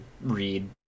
read